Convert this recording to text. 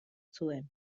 zuen